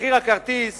מחיר הכרטיס